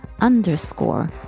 underscore